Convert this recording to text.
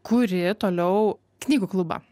kuri toliau knygų klubą